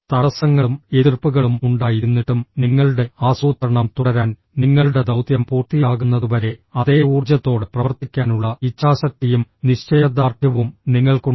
തടസ്സങ്ങളും എതിർപ്പുകളും ഉണ്ടായിരുന്നിട്ടും നിങ്ങളുടെ ആസൂത്രണം തുടരാൻ നിങ്ങളുടെ ദൌത്യം പൂർത്തിയാകുന്നതുവരെ അതേ ഊർജ്ജത്തോടെ പ്രവർത്തിക്കാനുള്ള ഇച്ഛാശക്തിയും നിശ്ചയദാർഢ്യവും നിങ്ങൾക്കുണ്ടോ